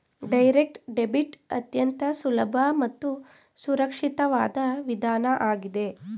direct debit ಅತ್ಯಂತ ಸುಲಭ ಮತ್ತು ಸುರಕ್ಷಿತವಾದ ವಿಧಾನ ಆಗಿದೆ